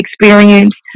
Experience